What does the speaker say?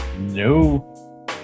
No